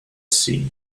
seen